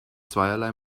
zweierlei